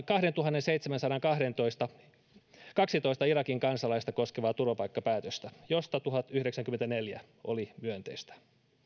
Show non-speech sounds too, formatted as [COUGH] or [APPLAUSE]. [UNINTELLIGIBLE] kahdentuhannenseitsemänsadankahdentoista irakin kansalaista koskevaa turvapaikkapäätöstä joista tuhatyhdeksänkymmentäneljä oli myönteisiä